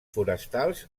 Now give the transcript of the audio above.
forestals